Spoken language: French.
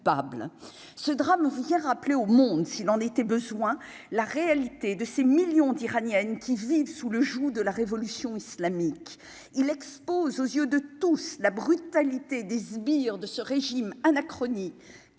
ce drame vient rappeler au monde s'il en était besoin, la réalité de ces millions d'Iraniennes qui vivent sous le joug de la révolution islamique, il expose aux yeux de tous la brutalité des sbires de ce régime anachronique